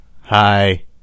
Hi